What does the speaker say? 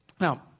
Now